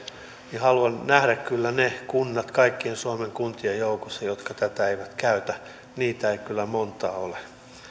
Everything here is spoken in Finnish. käytetään haluan kyllä nähdä ne kunnat kaikkien suomen kuntien joukossa jotka tätä eivät käytä niitä ei kyllä montaa ole